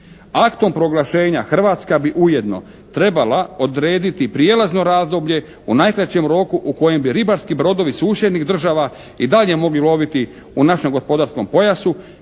Aktom proglašenja Hrvatska bi ujedno trebala odrediti prijelazno razdoblje u najkraćem roku u kojem bi ribarski brodovi susjednih država i dalje mogli loviti u našem gospodarskom pojasu